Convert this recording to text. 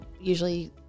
usually